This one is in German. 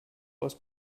aus